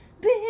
Big